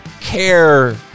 care